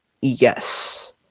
yes